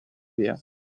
via